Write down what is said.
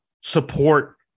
support